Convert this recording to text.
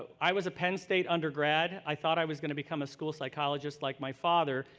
i was a penn state undergrad. i thought i was going to become a school psychologist like my father,